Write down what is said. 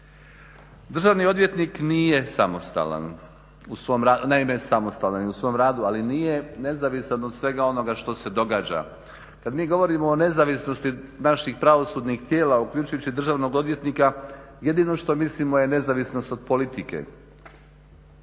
samostalan, naime samostalan je u svom radu ali nije nezavisan od svega onoga što se događa. Kad mi govorimo o nezavisnosti naših pravosudnih tijela uključujući državnog odvjetnika jedino što mislimo je nezavisnost od politike,